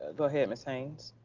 go ahead miss hayes.